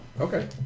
Okay